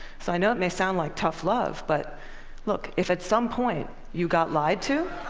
so i know it may sound like tough love, but look, if at some point you got lied to,